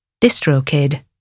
DistroKid